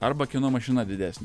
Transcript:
arba kieno mašina didesnė